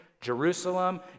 Jerusalem